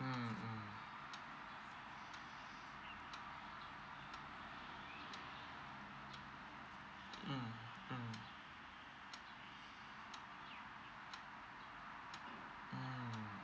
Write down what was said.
mm mm mm mm mm